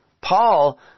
Paul